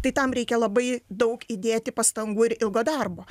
tai tam reikia labai daug įdėti pastangų ir ilgo darbo